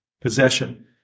possession